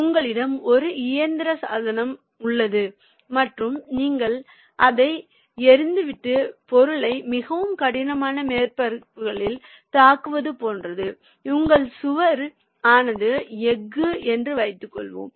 உங்களிடம் ஒரு இயந்திர சாதனம் உள்ளது மற்றும் நீங்கள் அதை எறிந்துவிட்டு பொருளை மிகவும் கடினமான மேற்பரப்பில் தாக்குவது போன்றது உங்கள் சுவர் ஆனது எஃகு என்று வைத்துக்கொள்வோம்